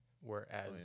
whereas